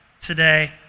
today